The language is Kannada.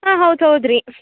ಹಾಂ ಹೌದು ಹೌದ್ರಿ